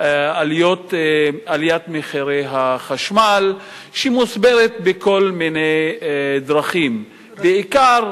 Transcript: עליית מחירי החשמל, שמוסברת בכל מיני דרכים, בעיקר